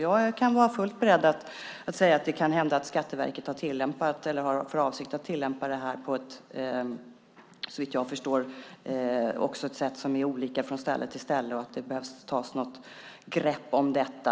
Jag är fullt beredd att säga att det kan hända att Skatteverket har tillämpat eller har för avsikt att använda olika tillämpning, såvitt jag förstår, från ställe till ställe och att det behöver tas något grepp om detta.